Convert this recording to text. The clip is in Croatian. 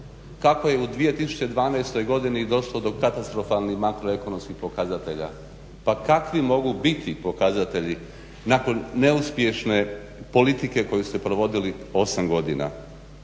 kako je u 2012.godini došlo do katastrofalnih makroekonomskih pokazatelja. Pa kakvi mogu biti pokazatelji nakon neuspješne politike koju ste provodili 8 godina?